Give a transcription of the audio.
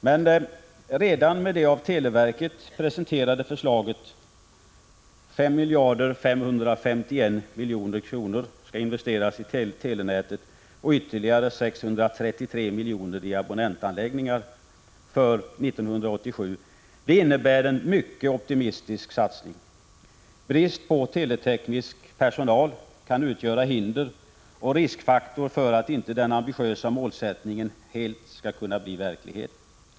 Men redan det av televerket presenterade förslaget — att 5 551 milj.kr. investeras i telenätet och ytterligare 633 milj.kr. i abonnentanläggningar för 1987 —- innebär en mycket optimistisk satsning. Brist på teleteknisk personal kan utgöra hinder och risk för att den ambitiösa målsättningen inte helt skall kunna bli verklighet.